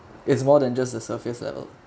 it's more than just a surface level